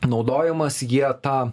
naudojimas jie tą